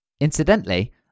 Incidentally